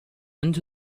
into